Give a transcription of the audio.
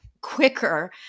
quicker